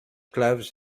gloves